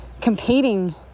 competing